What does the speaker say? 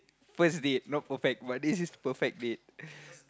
first date no perfect but this is perfect date